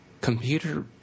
computer